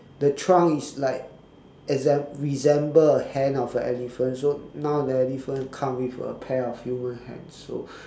the trunk is like exact resemble hand of a elephant so now the elephant come with a pair of human hands so